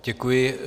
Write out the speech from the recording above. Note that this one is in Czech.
Děkuji.